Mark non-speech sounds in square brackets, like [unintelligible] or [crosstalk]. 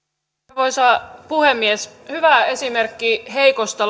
arvoisa puhemies hyvä esimerkki heikosta [unintelligible]